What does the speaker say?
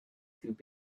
through